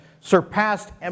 surpassed